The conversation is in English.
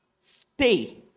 stay